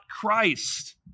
Christ